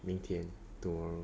明天 to